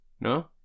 No